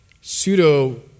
Pseudo